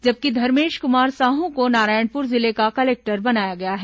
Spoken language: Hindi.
जबकि धर्मेश कुमार साहू को नारायणपुर जिले का कलेक्टर बनाया गया है